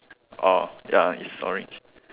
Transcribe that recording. orh ya is orange